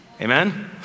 Amen